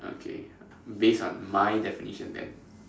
okay based on my definition then